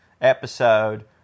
episode